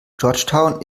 georgetown